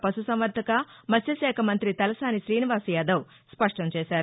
పశుసంవర్దక మత్స్యశాఖ మంతి తలసాని శ్రీనివాస్ యాదవ్ స్పష్ణం చేశారు